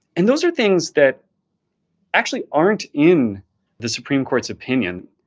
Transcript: and those are things that actually aren't in the supreme court's opinion.